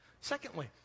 Secondly